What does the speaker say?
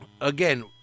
again